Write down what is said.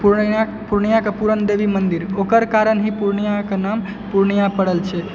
पुर्णियाके पुरण देवी मन्दिर ओकर कारण ही पुर्णियाके नाम पुर्णिया पड़ल छै